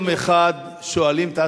למה אתם לא מתעוררים יום אחד ושואלים את עצמכם